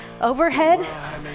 overhead